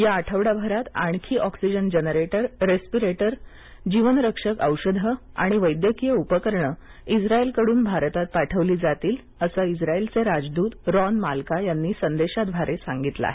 या आठवडाभरात आणखी ऑक्सिजन जनरेटर रेस्पिरेटरजीवनरक्षक औषधे आणि वैद्यकीय उपकरणे इस्रायलकडून भारतात पाठवले जातील असं इस्रायलचे राजदूत रॉन मालका यांनी संदेशाद्वारे म्हटलं आहे